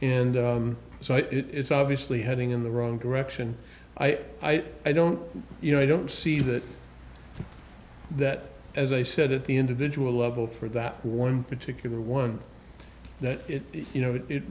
so it's obviously heading in the wrong direction i i i don't you know i don't see that that as i said at the individual level for that one particular one that